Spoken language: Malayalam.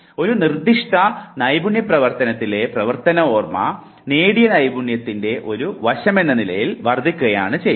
ഒരു നിർദ്ദിഷ്ട നൈപുണ്യ പ്രവർത്തനത്തിലെ പ്രവർത്തന ഓർമ്മ നേടിയ നൈപുണ്യത്തിൻറെ ഒരു വശമെന്ന നിലയിൽ വർദ്ധിക്കുന്നു